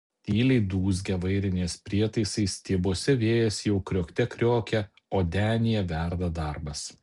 tyliai dūzgia vairinės prietaisai stiebuose vėjas jau kriokte kriokia o denyje verda darbas